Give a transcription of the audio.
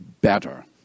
Better